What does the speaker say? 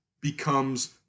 becomes